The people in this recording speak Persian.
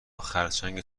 خرچنگ